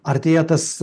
artėja tas